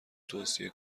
توصیه